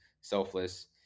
selfless